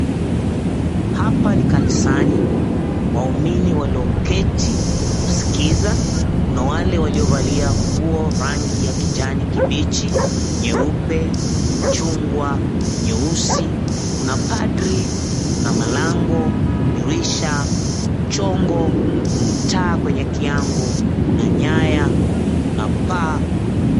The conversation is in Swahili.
Hapa ni kanisani. Waumini walioketi kuskiza, kuna wale waliovalia nguo rangi ya kijani kibichi, nyeupe, chungwa, nyeusi, kuna padri, kuna mlango, dirisha, mchongo, taa kwenye kiango, kuna nyaya, kuna paa.